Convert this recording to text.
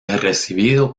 recibido